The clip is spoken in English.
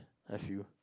I feel